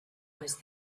was